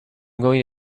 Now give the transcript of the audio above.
going